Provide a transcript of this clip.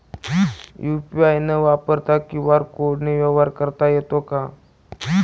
UPI न वापरता QR कोडने व्यवहार करता येतो का?